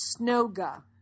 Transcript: Snoga